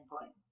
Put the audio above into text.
point